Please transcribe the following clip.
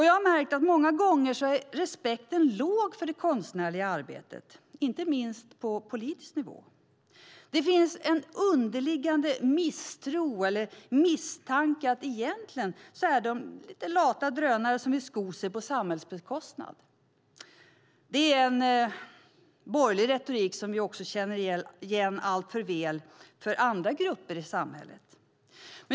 Jag har märkt att respekten många gånger är låg för det konstnärliga arbetet, inte minst på politisk nivå. Det finns en underliggande misstro eller misstanke om att konstutövare egentligen är lata drönare som vill sko sig på samhällets bekostnad. Det är en borgerlig retorik som vi alltför väl känner igen även när det gäller andra grupper i samhället.